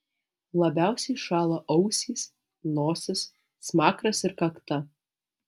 labiausiai šąla ausys nosis smakras ir kakta